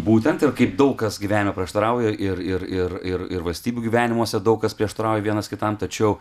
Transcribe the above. būtent ir kaip daug kas gyvenime prieštarauja ir ir ir ir ir valstybių gyvenimuose daug kas prieštarauja vienas kitam tačiau